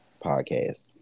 podcast